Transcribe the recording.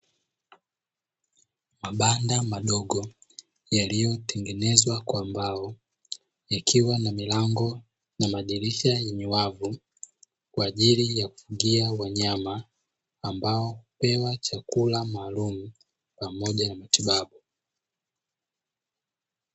Mabanda madogo, yaliyotengenezwa kwa mbao, ikiwa na milango na madirisha yenye wavu, kwa ajili ya kufugia wanyama, ambao hupewa chakula maalumu, pamoja na matibabu.